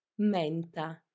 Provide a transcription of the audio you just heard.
Menta